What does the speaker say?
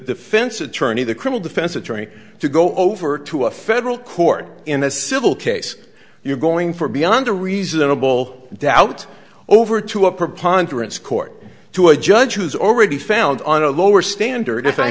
fence attorney the criminal defense attorney to go over to a federal court in a civil case you're going for beyond a reasonable doubt over to a preponderance court to a judge who's already found on a lower standard i